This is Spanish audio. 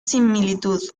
similitud